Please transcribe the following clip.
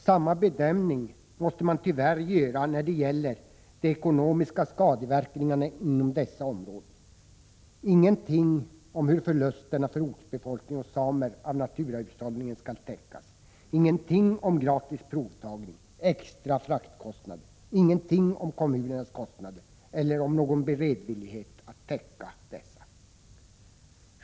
Samma bedömning måste man tyvärr göra när det gäller de ekonomiska skadeverkningarna inom dessa områden. Ingenting sägs om hur förlusterna för ortsbefolkningen och samer av naturahushållningen skall täckas, ingenting om gratis provtagning, extra fraktkostnader och ingenting om kommunernas kostnader eller om någon beredvillighet att täcka dessa.